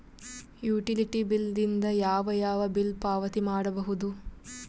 Utility bill ದಿಂದ ಯಾವ ಯಾವ ಬಿಲ್ ಪಾವತಿ ಮಾಡಬಹುದು?